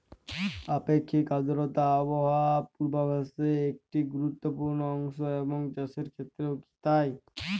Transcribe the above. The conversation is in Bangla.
আপেক্ষিক আর্দ্রতা আবহাওয়া পূর্বভাসে একটি গুরুত্বপূর্ণ অংশ এবং চাষের ক্ষেত্রেও কি তাই?